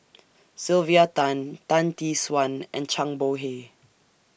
Sylvia Tan Tan Tee Suan and Zhang Bohe